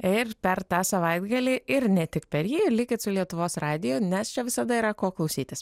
ir per tą savaitgalį ir ne tik per jį likit su lietuvos radiju nes čia visada yra ko klausytis